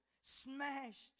smashed